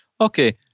Okay